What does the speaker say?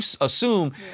assume